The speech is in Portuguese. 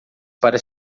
para